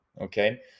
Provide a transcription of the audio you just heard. Okay